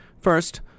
First